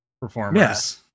performers